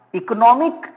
economic